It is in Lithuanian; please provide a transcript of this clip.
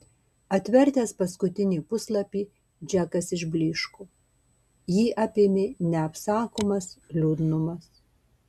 atvertęs paskutinį puslapį džekas išblyško jį apėmė neapsakomas liūdnumas